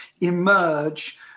emerge